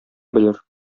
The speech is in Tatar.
белер